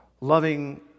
Loving